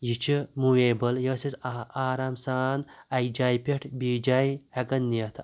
یہِ چھُ مویبُل یہِ ٲسۍ أسۍ آرام سان اَکہِ جایہِ پٮ۪ٹھ بیٚیِس جایہِ ہٮ۪کان نِتھ